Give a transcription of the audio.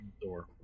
door